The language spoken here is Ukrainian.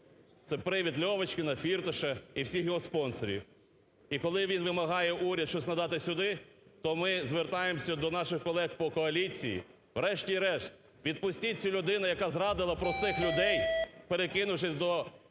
це привид Льовочкіна, Фірташа і всіх його спонсорів. І коли він вимагає уряд щось надати сюди, то ми звертаємось до наших колег по коаліції, врешті-решт відпустіть цю людину, яка зрадила простих людей, перекинувшись до